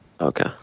Okay